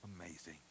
amazing